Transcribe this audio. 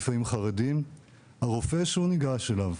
לפעמים חרדים, הרופא שהוא ניגש אליו,